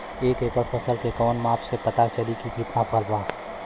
एक एकड़ फसल के कवन माप से पता चली की कितना फल बा?